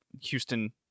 Houston